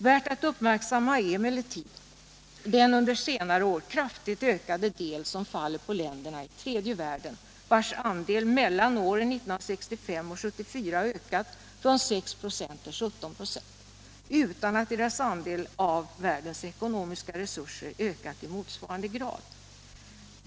Värd att uppmärksamma är emellertid den under senare år kraftigt ökade del som faller på länderna i tredje världen, vilkas andel under åren 1965 till 1974 har ökat från 6 96 till 17 96, utan att deras andel av världens ekonomiska resurser ökat i motsvarande grad.